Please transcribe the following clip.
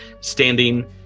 standing